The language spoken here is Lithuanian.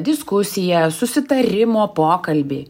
diskusiją susitarimo pokalbį